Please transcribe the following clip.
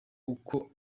uko